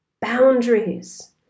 Boundaries